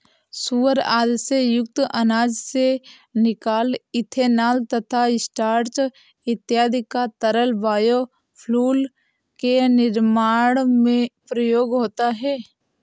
sugar आदि से युक्त अनाज से निकला इथेनॉल तथा स्टार्च इत्यादि का तरल बायोफ्यूल के निर्माण में प्रयोग होता है